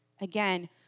Again